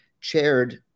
chaired